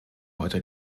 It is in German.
heute